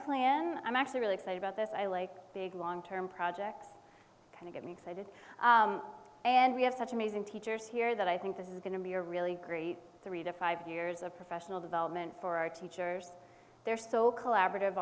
plan i'm actually really excited about this i like big long term projects kind of get me excited and we have such amazing teachers here that i think this is going to be a really great three to five years of professional development for our teachers they're so collaborative